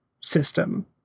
system